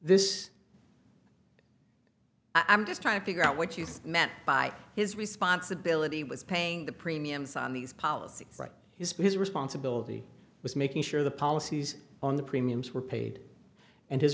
this i'm just trying to figure out what you meant by his responsibility was paying the premiums on these policies right he's been his responsibility was making sure the policies on the premiums were paid and his